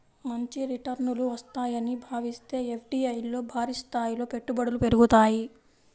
మంచి రిటర్నులు వస్తాయని భావిస్తే ఎఫ్డీఐల్లో భారీస్థాయిలో పెట్టుబడులు పెరుగుతాయి